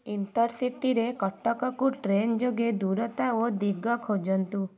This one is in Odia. ଇଣ୍ଟରସିଟିରେ କଟକକୁ ଟ୍ରେନ୍ ଯୋଗେ ଦୂରତା ଓ ଦିଗ ଖୋଜନ୍ତୁ